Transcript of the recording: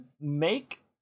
Make